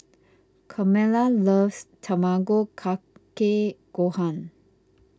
Carmela loves Tamago Kake Gohan